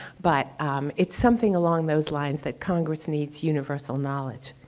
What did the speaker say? but um it's something along those lines that congress needs universal knowledge.